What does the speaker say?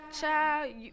child